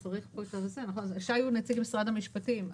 נציג משרד המשפטים,